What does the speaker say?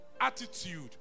attitude